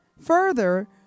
Further